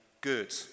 good